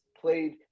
played